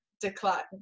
decline